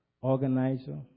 organizer